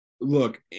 Look